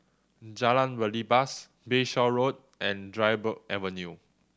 Jalan Belibas Bayshore Road and Dryburgh Avenue